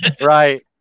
right